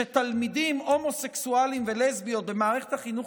שתלמידים הומוסקסואלים ולסביות במערכת החינוך